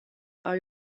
are